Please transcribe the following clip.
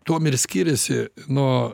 tuom ir skiriasi nuo